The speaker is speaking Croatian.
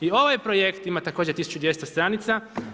I ovaj projekt ima također 1200 stranica.